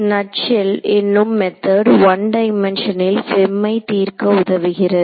nutshell என்னும் method one டைம்மென்ஷனில் FEM ஐ தீர்க்க உதவுகிறது